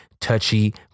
Touchy